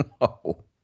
No